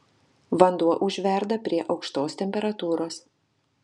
vanduo užverda prie aukštos temperatūros